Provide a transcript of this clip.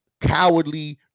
cowardly